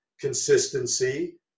consistency